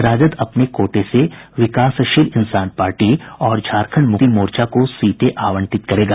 राजद अपने कोटे से विकासशील इंसान पार्टी और झारंखड मुक्ति मोर्चा को सीटें आवंटित करेगा